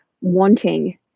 wanting